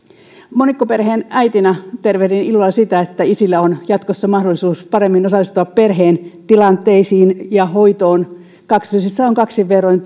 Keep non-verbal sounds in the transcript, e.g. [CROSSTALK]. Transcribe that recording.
monikkoperheen äitinä tervehdin ilolla sitä että isillä on jatkossa mahdollisuus paremmin osallistua perheen tilanteisiin ja hoitoon kaksosissa on kaksin verroin [UNINTELLIGIBLE]